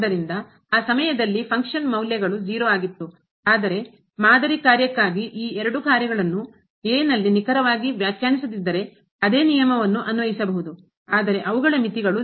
ಆದ್ದರಿಂದ ಆ ಸಮಯದಲ್ಲಿ ಫಂಕ್ಷನ್ ಕಾರ್ಯ ಮೌಲ್ಯಗಳು ಆದರೆ ಮಾದರಿ ಕಾರ್ಯಕ್ಕಾಗಿ ಈ ಎರಡು ಕಾರ್ಯಗಳನ್ನು ನಲ್ಲಿ ನಿಖರವಾಗಿ ವ್ಯಾಖ್ಯಾನಿಸದಿದ್ದರೆ ಅದೇ ನಿಯಮವನ್ನು ಅನ್ವಯಿಸಬಹುದು ಆದರೆ ಅವುಗಳ ಮಿತಿಗಳು